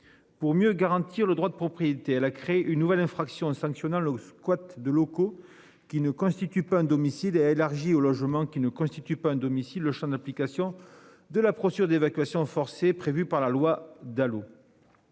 Pour mieux garantir le droit de propriété. Elle a crée une nouvelle infraction sanctionnant l'eau squat de locaux qui ne constitue pas un domicile élargi au logement qui ne constitue pas un domicile le Champ d'application de la procédure d'évacuation forcée prévu par la loi Dalo.